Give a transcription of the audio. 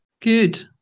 Good